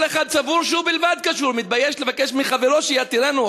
וכל אחד סבור שהוא בלבד קשור ומתבייש הוא לבקש מחברו שיתירנו,